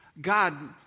God